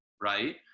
right